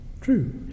true